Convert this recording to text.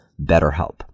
BetterHelp